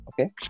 okay